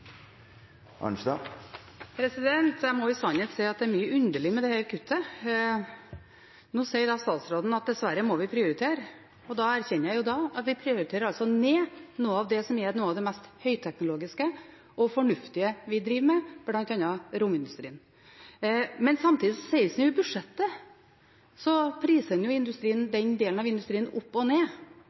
Jeg må i sannhet si at det er mye underlig med dette kuttet. Nå sier statsråden at vi dessverre må prioritere, og da erkjenner jeg at vi altså prioriterer ned noe av det som er det mest høyteknologiske og fornuftige vi driver med, bl.a. romindustrien. Men samtidig sies det i budsjettet at en priser den delen av industrien opp og ned.